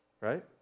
Right